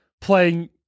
playing